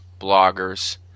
bloggers